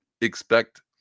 Expect